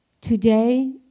Today